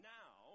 now